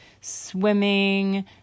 swimming